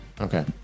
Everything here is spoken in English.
okay